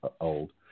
old